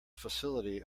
facility